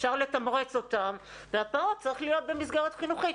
אפשר לתמרץ אותם והפעוט צריך להיות במסגרת חינוכית,